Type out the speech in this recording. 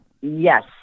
Yes